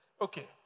Okay